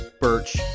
birch